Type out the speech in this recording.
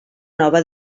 nova